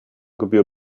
gebühr